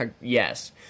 Yes